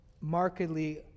markedly